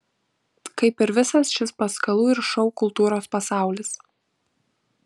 kaip ir visas šis paskalų ir šou kultūros pasaulis